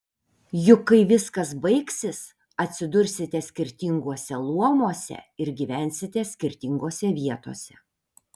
juk kai viskas baigsis atsidursite skirtinguose luomuose ir gyvensite skirtingose vietose